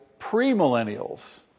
premillennials